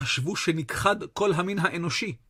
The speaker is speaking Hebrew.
חשבו שנכחד כל המין האנושי.